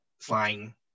fine